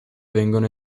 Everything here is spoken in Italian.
vengono